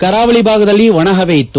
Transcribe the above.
ಕರಾವಳಿ ಭಾಗದಲ್ಲಿ ಒಣಹವೆ ಇತ್ತು